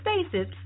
spaces